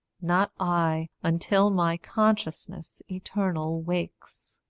not i until my consciousness eternal wakes.